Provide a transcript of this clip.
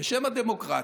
בשם הדמוקרטיה,